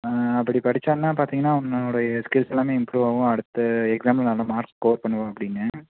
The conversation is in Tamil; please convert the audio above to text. அப்படி படிச்சானா பார்த்தீங்கன்னா அவனுடைய ஸ்கில்ஸ் எல்லாமே இம்ப்ரூவ் ஆவும் அடுத்த எக்ஸாமில் நல்ல மார்க் ஸ்கோர் பண்ணுவாப்பிடிங்க